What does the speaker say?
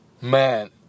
man